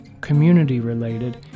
community-related